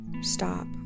stop